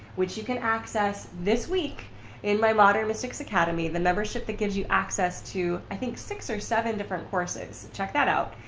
which you can access this week in my modern mystics academy. the membership that gives you access to, i think, six or seven different courses. check that out.